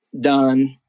done